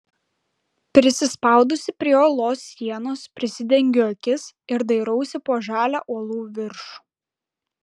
prisispaudusi prie uolos sienos prisidengiu akis ir dairausi po žalią uolų viršų